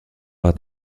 par